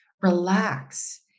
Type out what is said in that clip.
relax